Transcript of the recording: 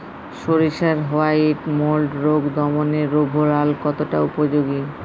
সরিষার white mould রোগ দমনে রোভরাল কতটা উপযোগী?